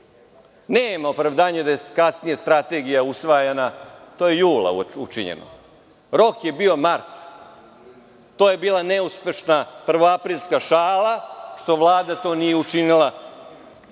Nema opravdanja da je kasnije Strategija usvajana, to je jula učinjeno. Rok je bio mart. To je bila neuspešna prvoaprilska šala, što Vlada to nije učinila